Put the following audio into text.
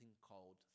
called